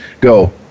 go